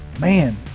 man